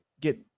get